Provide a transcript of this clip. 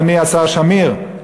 אדוני השר שמיר,